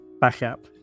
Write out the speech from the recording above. backup